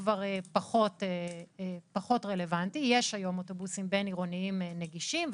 כבר פחות רלוונטי יש היום אוטובוסים בין-עירוניים נגישים,